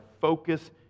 focus